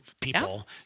people